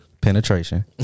penetration